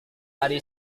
hari